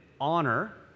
honor